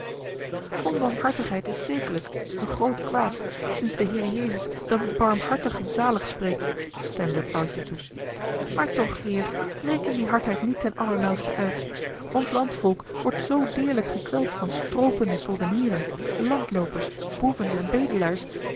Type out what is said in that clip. jagen onbarmhartigheid is zekerlijk een groot kwaad sinds de heere jezus de barmhartigen zalig spreekt stemde het oudje toe maar toch heer reken die hardheid niet ten allernauwste uit ons landvolk wordt zoo deerlijk gekweld van stroopende soldenieren landloopers boeven en bedelaars